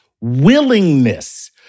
willingness